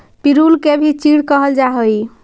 पिरुल के भी चीड़ कहल जा हई